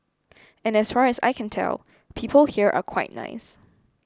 and as far as I can tell people here are quite nice